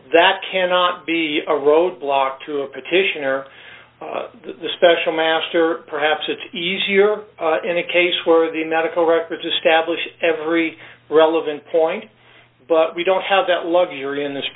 that cannot be a roadblock to a petition or the special master perhaps it's easier in a case where the medical records establishes every relevant point d but we don't have that luxury in this